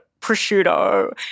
prosciutto